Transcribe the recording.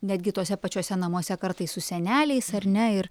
netgi tuose pačiuose namuose kartais su seneliais ar ne ir